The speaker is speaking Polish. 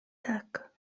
tak